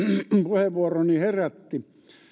puheenvuoroni herätti